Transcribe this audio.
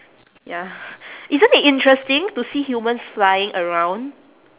ya isn't it interesting to see humans flying around